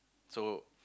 so